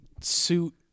suit